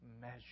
measure